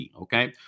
Okay